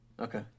Okay